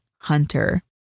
hunter